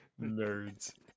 nerds